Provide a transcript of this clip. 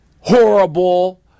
horrible